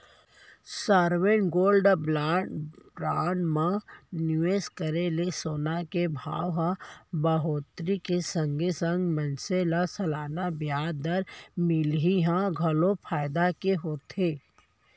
sovereign gold bond म निवेस करे ले सोना के भाव म बड़होत्तरी के संगे संग मनसे ल सलाना बियाज दर मिलई ह घलोक फायदा के होथे